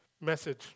Message